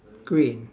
green